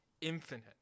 infinite